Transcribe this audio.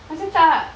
macam tak